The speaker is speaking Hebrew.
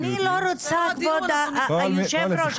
אני לא רוצה, כבוד היושב-ראש.